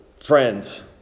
friends